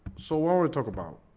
so what we talk about